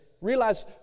Realize